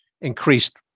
increased